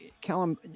Callum